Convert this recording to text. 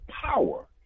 power